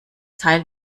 teil